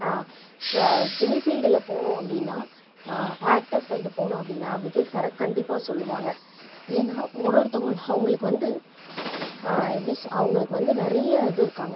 சினிஃபீல்டில் போனோம் அப்படின்னா actor side போனோம் அப்படின்னா விஜய் சாரை கண்டிப்பாக சொல்வாங்க ஏன்னா ஒரு ஒருத்தவங்களும் அவங்களுக்கு வந்து எப்டி அவங்களுக்கு வந்து நிறைய இது இருக்காங்க